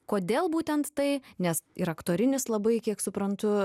kodėl būtent tai nes ir aktorinis labai kiek suprantu